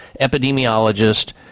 epidemiologist